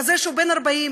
כזה שהוא בן 40,